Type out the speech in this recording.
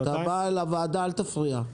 אתה בא לוועדה, אל תפריע.